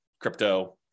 crypto